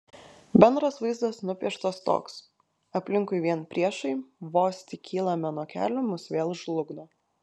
bendras vaizdas nupieštas toks aplinkui vien priešai vos tik kylame nuo kelių mus vėl žlugdo